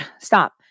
stop